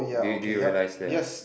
they did realize they are